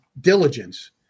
diligence